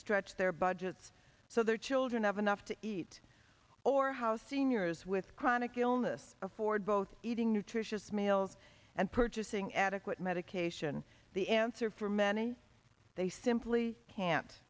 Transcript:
stretch their budgets so their children have enough to eat or how seniors with chronic illness afford both eating nutritious meals and purchasing adequate medication the answer for many they simply ca